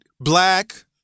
black